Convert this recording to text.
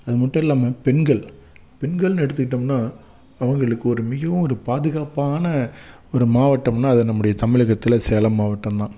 அது மட்டும் இல்லாமல் பெண்கள் பெண்கள்ன்னு எடுத்துக்கிட்டம்னா அவங்களுக்கு ஒரு மிகவும் ஒரு பாதுகாப்பான ஒரு மாவட்டம்னா அது நம்முடைய தமிழகத்துல சேலம் மாவட்டம் தான்